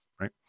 Right